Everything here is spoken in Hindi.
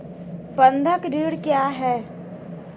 बंधक ऋण क्या है?